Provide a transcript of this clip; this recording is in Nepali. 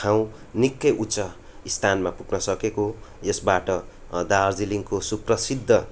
ठाउँ निकै उच्च स्थानमा पुग्नसकेको हो यसबाट दार्जिलिङको सुप्रसिद्ध